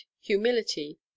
humility